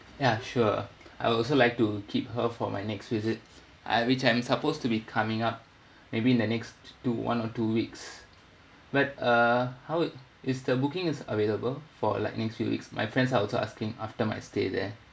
ya sure I'll also like to keep her for my next visit ah which I'm supposed to be coming up maybe in the next two one or two weeks but uh how it is the booking is available for like next few weeks my friends are also asking after my stay there